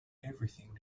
everything